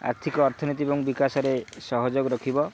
ଆର୍ଥିକ ଅର୍ଥନୀତି ଏବଂ ବିକାଶରେ ସହଯୋଗ ରଖିବ